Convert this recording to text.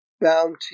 bounty